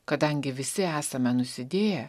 kadangi visi esame nusidėję